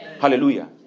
Hallelujah